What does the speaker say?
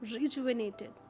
rejuvenated